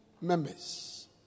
members